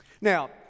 now